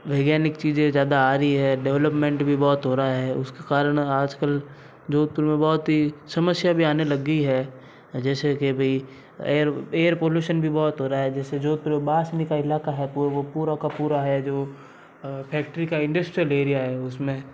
वैज्ञानिक चीज़ें ज्यादा आ रही हैं डेवलपमेंट भी बहुत हो रहा है उसके कारण आजकल जोधपुर में बहुत ही समस्या भी आने लग गई हैं जैसे कि वही एयर एयर पोल्यूशन भी बहुत हो रहा है जैसे जोधपुर में बासनी का इलाका है वो पूरा का पूरा है जो फैक्ट्री का इंडस्ट्रियल एरिया है उसमें